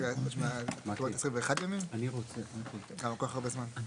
למה כל כך הרבה זמן?